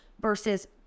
versus